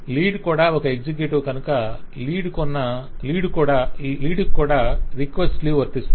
lead కూడా executive కనుక lead కు కూడా రిక్వెస్ట్ లీవ్ వర్తిస్తుంది